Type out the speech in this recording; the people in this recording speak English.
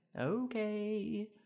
Okay